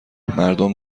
مردم